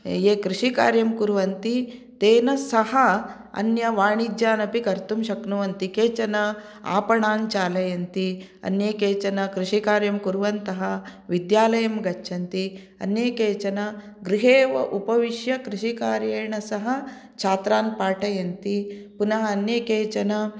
ये कृषीकार्यं कुर्वन्ति तेन सह अन्य वाणिज्यान् अपि कर्तुं शक्नुवन्ति केचन आपणान् चालयन्ति अन्ये केचन कृषीकार्यं कुर्वन्तः विद्यालयं गच्छन्ति अन्ये केचन गृहे एव उपविश्य कृषीकार्येण सह छात्रान् पाठयन्ति पुनः अन्ये केचन